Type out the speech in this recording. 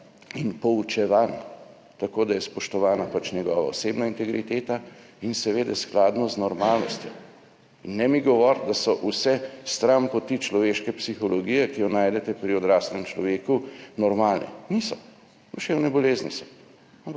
in poučevan tako, da je spoštovana njegova osebna integriteta, in seveda skladno z normalnostjo. Ne mi govoriti, da so vse stranpoti človeške psihologije, ki jo najdete pri odraslem človeku, normalne. Niso, to so duševne bolezni in